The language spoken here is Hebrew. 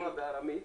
בארמית,